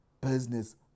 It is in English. business